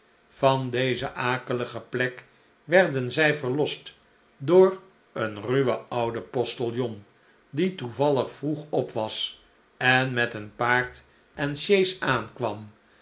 van deze akelige plek werden zij verlost door een ruwen ouden postiljon die toevallig vroeg op was en met een paard en sjees aankwam